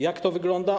Jak to wygląda?